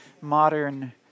modern